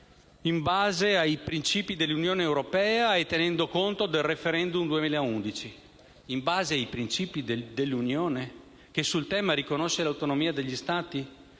«in base ai principi dell'Unione europea e tenendo conto del *referendum* 2011». In base ai principi dell'Unione europea che sul tema riconosce l'autonomia degli Stati?